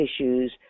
issues